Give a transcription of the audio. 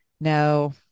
No